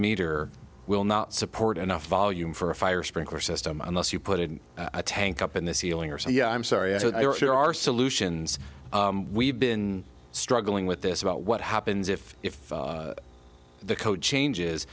meter will not support enough volume for a fire sprinkler system unless you put it in a tank up in the ceiling or say i'm sorry so there are solutions we've been struggling with this about what happens if if the code changes